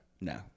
No